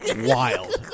wild